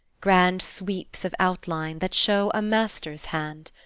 grand sweeps of outline, that show a master's hand.